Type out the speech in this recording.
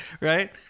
right